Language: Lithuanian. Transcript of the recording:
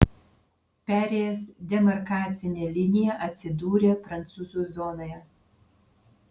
perėjęs demarkacinę liniją atsidūrė prancūzų zonoje